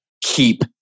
keep